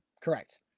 Correct